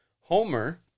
Homer